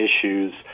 issues